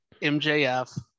MJF